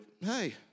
hey